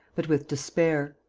but with despair.